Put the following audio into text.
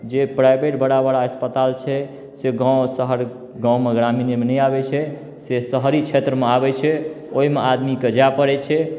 जे प्राइवेट बड़ा बड़ा अस्पताल छै से गाँव शहर गाँव मे ग्रामीण एरियामे नहि आबै छै से शहरी क्षेत्रमे आबै छै ओहिमे आदमीके जाय परै छै